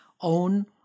own